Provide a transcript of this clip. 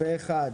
הצבעה